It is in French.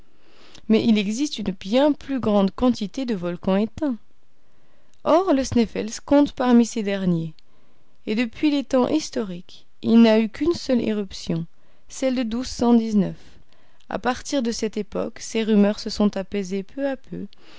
mais il existe une bien plus grande quantité de volcans éteints or le sneffels compte parmi ces derniers et depuis les temps historiques il n'a eu qu'une seule éruption celle de à partir de cette époque ses rumeurs se sont apaisées peu à peu